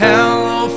Hello